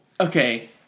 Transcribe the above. okay